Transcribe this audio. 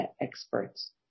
experts